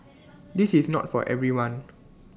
this is not for everyone